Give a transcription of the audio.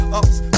ups